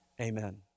amen